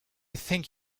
think